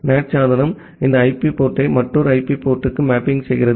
NAT சாதனம் இந்த IP போர்ட்டை மற்றொரு ஐபி போர்ட்டுக்கு மேப்பிங் செய்கிறது